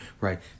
right